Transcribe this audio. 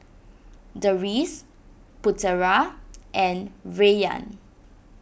Deris Putera and Rayyan